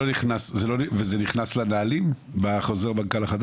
וזה נכנס לנהלים בחוזר המנכ"ל החדש?